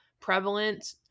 prevalent